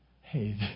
hey